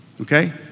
Okay